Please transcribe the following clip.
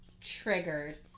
triggered